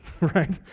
right